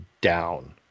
down